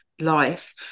life